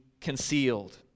concealed